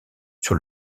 sur